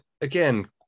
again